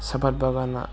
साफाट बागाना